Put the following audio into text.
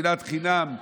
שנאת חינם.